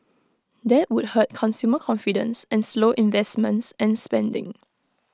that would hurt consumer confidence and slow investments and spending